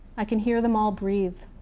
i can hear them all breathe.